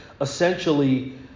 essentially